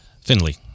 Finley